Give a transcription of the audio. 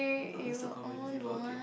not that's not controversy but okay